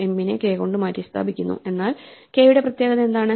m നെ k കൊണ്ട് മാറ്റിസ്ഥാപിക്കുന്നു എന്നാൽ kയുടെ പ്രത്യേകത എന്താണ്